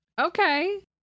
okay